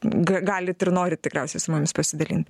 g galit ir norit tikriausiai su mumis pasidalint